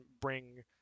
bring